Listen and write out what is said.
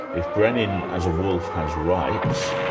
if brenin, as a wolf has rights,